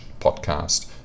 podcast